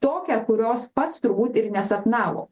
tokią kurios pats turbūt ir nesapnavo